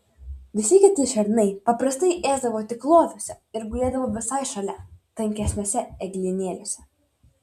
visi kiti šernai paprastai ėsdavo tik loviuose ir gulėdavo visai šalia tankesniuose eglynėliuose